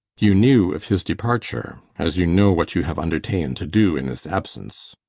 you knew of his departure, as you know what you have underta'en to do in s absence.